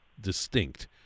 distinct